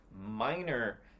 minor